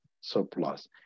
surplus